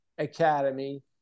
Academy